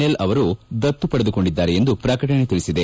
L ಅವರು ದತ್ತು ಸ್ವೀಕರಿಸಿದ್ದಾರೆ ಎಂದು ಪ್ರಕಟಣೆ ತಿಳಿಸಿದೆ